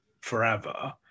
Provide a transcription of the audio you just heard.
forever